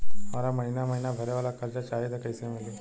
हमरा महिना महीना भरे वाला कर्जा चाही त कईसे मिली?